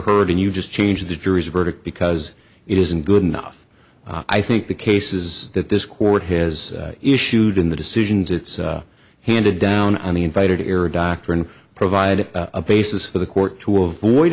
heard and you just change the jury's verdict because it isn't good enough i think the cases that this court has issued in the decisions it's handed down on the invited era doctrine provide a basis for the court to avoid